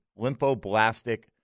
lymphoblastic